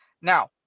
Now